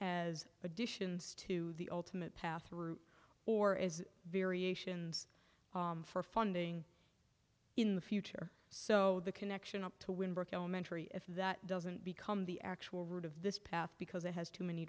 as additions to the ultimate path through or as variations for funding in the future so the connection up to when burke elementary if that doesn't become the actual route of this path because it has too many